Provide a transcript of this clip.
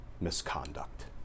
misconduct